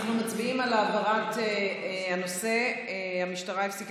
אנחנו מצביעים על העברת הנושא: המשטרה הפסיקה